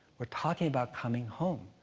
we're talking about coming home.